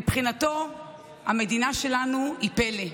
מבחינתו המדינה שלנו היא פלא,